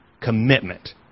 commitment